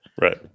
Right